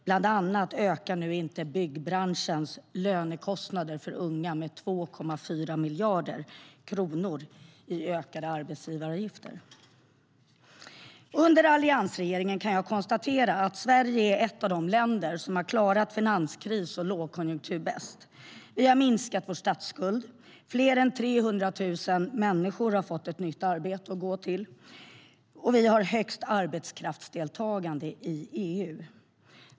Bland annat kommer nu inte byggbranschens lönekostnader för unga anställda att öka med 2,4 miljarder kronor i ökade arbetsgivaravgifter. Jag kan konstatera att Sverige under alliansregeringen har varit ett av de länder som har klarat finanskris och lågkonjunktur bäst. Vi har minskat vår statsskuld. Fler än 300 000 människor har fått ett nytt arbete att gå till, och vi har högst arbetskraftsdeltagande i EU.